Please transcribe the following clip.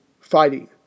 fighting